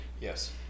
Yes